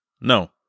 no